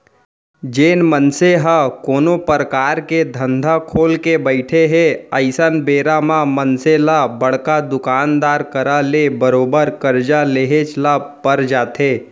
जेन मनसे ह कोनो परकार के धंधा खोलके बइठे हे अइसन बेरा म मनसे ल बड़का दुकानदार करा ले बरोबर करजा लेहेच ल पर जाथे